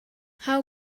how